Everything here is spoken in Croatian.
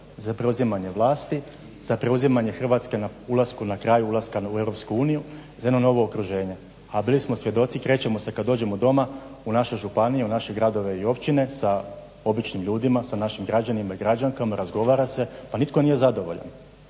za preuzimanje vlasti, za preuzimanje Hrvatske na kraju ulaska u EU, za jedno novo okruženje. A bili smo svjedoci, krećemo se kad dođemo doma u naše županije, u naše gradove i općine sa običnim ljudima sa našim građanima i građankama razgovara se, pa nitko nije zadovoljan.